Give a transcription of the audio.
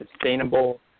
sustainable